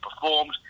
performed